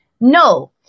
No